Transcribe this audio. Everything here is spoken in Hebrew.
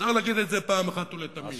צריך להגיד את זה פעם אחת ולתמיד.